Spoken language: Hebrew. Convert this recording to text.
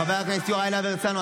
חבר הכנסת יוראי להב הרצנו,